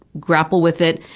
grapple with it,